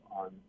on